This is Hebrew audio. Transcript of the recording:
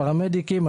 פרמדיקים,